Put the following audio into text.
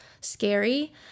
scary